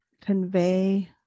convey